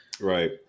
right